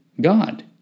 God